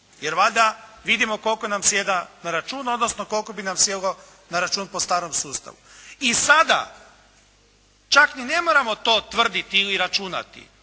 jer valjda vidimo koliko nam sjeda na račun, odnosno koliko bi nam sjelo na račun po starom sustavu. I sada, čak i ne moramo to tvrditi ili računati.